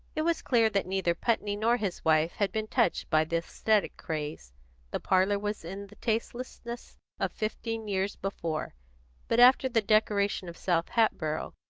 it was clear that neither putney nor his wife had been touched by the aesthetic craze the parlour was in the tastelessness of fifteen years before but after the decoration of south hatboro',